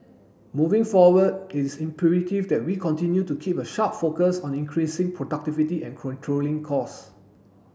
moving forward it is imperative that we continue to keep a sharp focus on increasing productivity and controlling costs